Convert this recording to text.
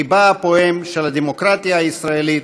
לבה הפועם של הדמוקרטיה הישראלית,